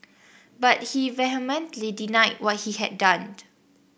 but he vehemently denied what he had downed